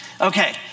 Okay